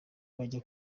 bajya